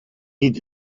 hid